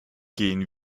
gehen